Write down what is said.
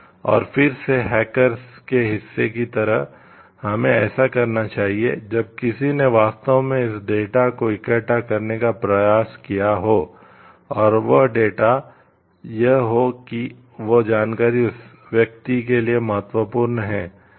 और फिर से हैकर यह हो कि वह जानकारी उस व्यक्ति के लिए महत्वपूर्ण है